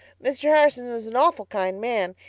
mr. harrison is an awful kind man.